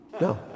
no